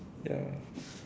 ya